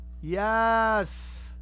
Yes